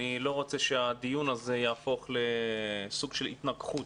אני לא רוצה שהדיון הזה יהפוך לסוג של התנגחות,